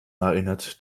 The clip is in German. erinnert